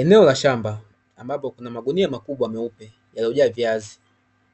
Eneo la shamba ambapo kuna magunia makubwa meupe yaliyojaa viazi